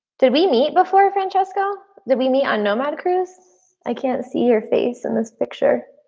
did we meet before francesca? did we meet on nomad cruise? i can't see your face in this picture.